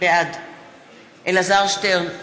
בעד אלעזר שטרן,